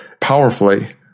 powerfully